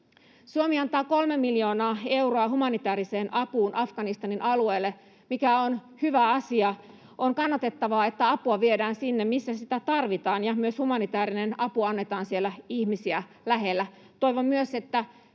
Suomi antaa 3 miljoonaa euroa humanitääriseen apuun Afganistanin alueelle, mikä on hyvä asia. On kannatettavaa, että apua viedään sinne, missä sitä tarvitaan, ja että myös humanitäärinen apu annetaan siellä ihmisiä lähellä. Toivon myös, että